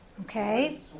Okay